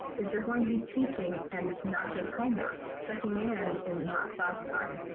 is there going to be teaching and not just homework? checking in is not class time.